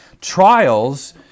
Trials